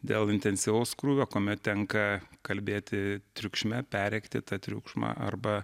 dėl intensyvaus krūvio kuomet tenka kalbėti triukšme perrėkti tą triukšmą arba